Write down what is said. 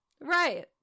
Right